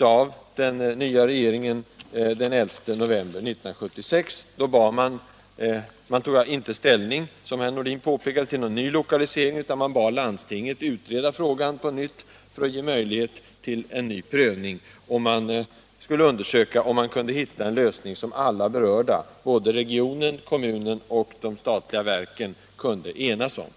av den nya regeringen den 11 november 1976. Man tog, som herr Nordin påpekade, inte ställning till någon lokalisering, utan man bad landstinget utreda frågan ytterligare för att ge möjlighet till en ny prövning. Avsikten var att undersöka om man kunde hitta en lösning som alla berörda — såväl regionen och kommunen som de statliga verken — kunde enas om.